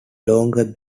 longer